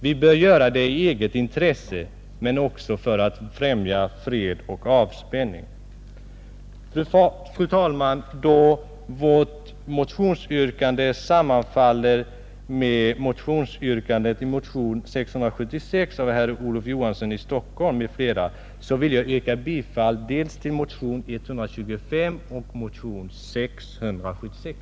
Vi bör göra det i eget intresse, men också för att främja fred och avspänning. Fru talman! Då vårt motionsyrkande sammanfaller med yrkandet i motionen 676 av herr Olof Johansson i Stockholm m.fl. vill jag yrka bifall dels till motionen 125, dels till motionen 676.